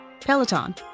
Peloton